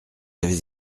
avez